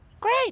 Great